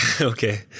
Okay